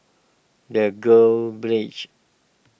the Girls Brigade